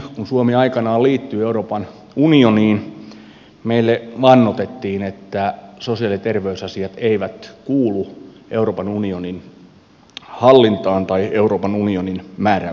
kun suomi aikanaan liittyi euroopan unioniin meille vannotettiin että sosiaali ja terveysasiat eivät kuulu euroopan unionin hallintaan tai euroopan unionin määräysvaltaan